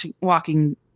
walking